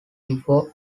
before